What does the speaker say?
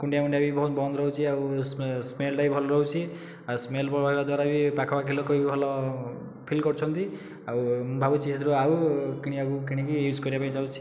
କୁଣ୍ଡିଆ ମୁଣ୍ଡିଆ ବହୁତ ବନ୍ଦ ରହୁଛି ଆଉ ସ୍ମେଲଟାବି ଭଲ ରହୁଛି ସ୍ମେଲ ରହିବା ଦ୍ଵାରାବି ପାଖା ପାଖି ଲୋକବି ଭଲ ଫିଲ୍ କରୁଛନ୍ତି ଆଉ ମୁଁ ଭାବୁଛି ଏଥିରୁ ଆଉ କିଣିବାକୁ କିଣିକି ଇଉଜ୍ କରିବାକୁ ଚାହୁଁଛି